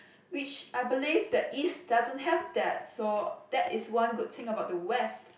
which I believe the east doesn't have that so that is one good thing about the west